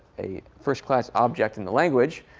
a first class object in the language.